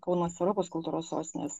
kaunas europos kultūros sostinės